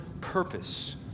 purpose